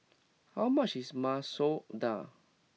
how much is Masoor Dal